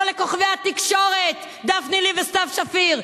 לכוכבי התקשורת דפני ליף וסתיו שפיר,